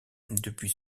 depuis